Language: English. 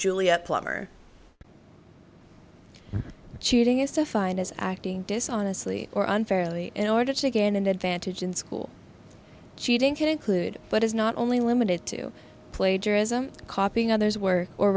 julie a plumber cheating is defined as acting dishonestly or unfairly in order to gain an advantage in school she didn't include but is not only limited to plagiarism copying others were or